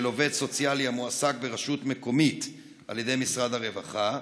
עובד סוציאלי המועסק ברשות מקומית על ידי משרד הרווחה?